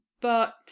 but—